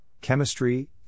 Chemistry